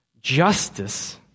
Justice